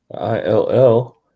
ILL